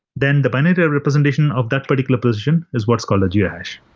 then the binary representation of that particular position is what's called a geohash.